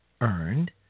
earned